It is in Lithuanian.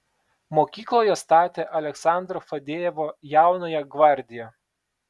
mokykloje statė aleksandro fadejevo jaunąją gvardiją